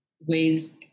ways